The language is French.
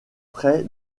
près